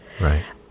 right